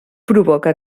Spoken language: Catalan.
provoca